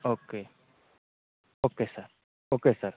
okay okay sir okay sir